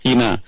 Ina